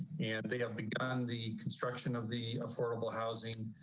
and they have begun the construction of the affordable housing.